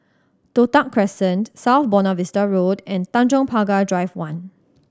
Toh Tuck Crescent South Buona Vista Road and Tanjong Pagar Drive One